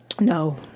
No